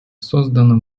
создано